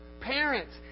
Parents